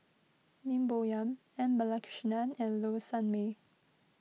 Lim Bo Yam M Balakrishnan and Low Sanmay